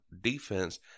defense